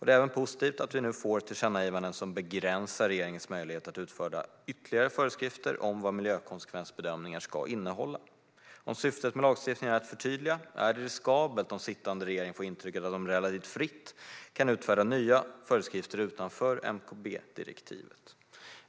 Det är även positivt att vi nu får tillkännagivanden som begränsar regeringens möjlighet att utfärda ytterligare föreskrifter om vad miljökonsekvensbedömningar ska innehålla. Om syftet med lagstiftningen är att förtydliga är det riskabelt om sittande regering får intrycket att den relativt fritt kan utfärda nya föreskrifter utanför MKB-direktivet.